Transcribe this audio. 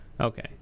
Okay